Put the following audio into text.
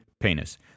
Penis